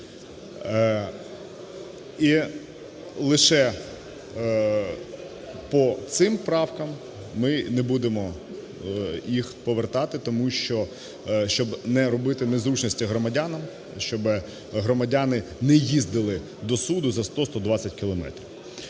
І лише по цим правкам ми не будемо їх повертати, тому що, щоб не робити незручності громадянами, щоб громадяни не їздили до суду за 100-120 кілометрів.